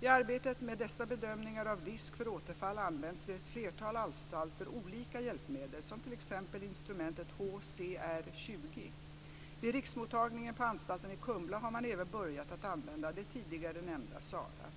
I arbetet med dessa bedömningar av risk för återfall används vid ett flertal anstalter olika hjälpmedel som t.ex. instrumentet HCR 20. Vid riksmottagningen på anstalten i Kumla har man även börjat att använda det tidigare nämnda SARA.